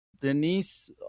Denise